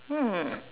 mm